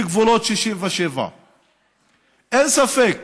בגבולות 67'. אין ספק